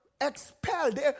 expelled